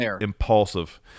impulsive